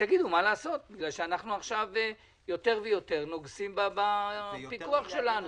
ותגידו מה לעשות כי אנחנו עכשיו יותר ויותר נוגסים בפיקוח שלנו.